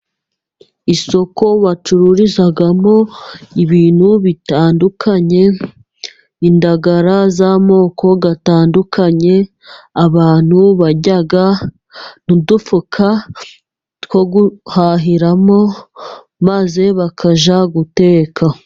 Isoko bacururizamo ibintu bitandukanye. Indagara z'amoko atandukanye, abantu barya, n'udufuka two guhahiramo maze bakajya guteka.